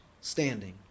standing